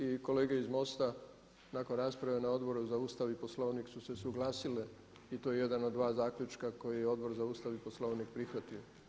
I kolege iz MOST-a nakon rasprave na Odboru za Ustav i Poslovnik su se suglasile i to je jedan od dva zaključka koji je Odbor za Ustav i Poslovnik prihvatio.